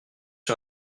sur